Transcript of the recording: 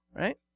right